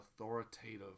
authoritative